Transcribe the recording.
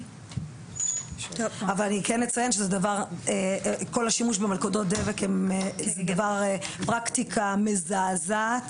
כל השימוש במלכודות דבק זה פרקטיקה מזעזעת